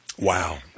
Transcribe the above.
Wow